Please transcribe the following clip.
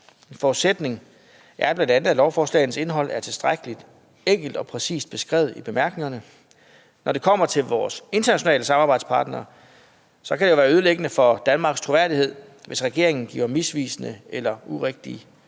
En forudsætning er bl.a., at lovforslagenes indhold er tilstrækkelig enkelt og præcist beskrevet i bemærkningerne. Når det kommer til vores internationale samarbejdspartnere, kan det være ødelæggende for Danmarks troværdighed, hvis regeringen giver misvisende eller urigtige